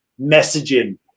messaging